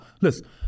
listen